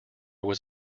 was